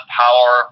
power